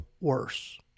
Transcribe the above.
worse